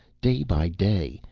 day by day,